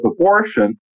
abortion